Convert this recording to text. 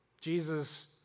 Jesus